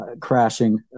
crashing